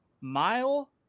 mile